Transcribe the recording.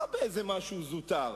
לא באיזה משהו זוטר.